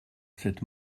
cette